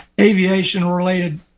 aviation-related